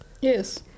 yes